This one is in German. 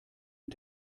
mit